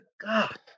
god